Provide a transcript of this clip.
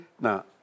Now